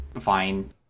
fine